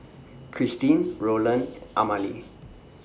Kristyn Rolland Amalie